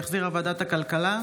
שהחזירה ועדת הכלכלה,